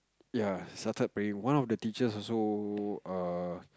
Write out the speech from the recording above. ya started praying one of the teachers also err